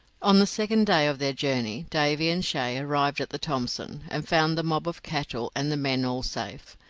on the second day of their journey davy and shay arrived at the thomson, and found the mob of cattle and the men all safe.